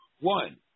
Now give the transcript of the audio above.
One